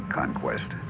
conquest